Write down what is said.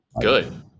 Good